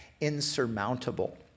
insurmountable